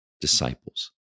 disciples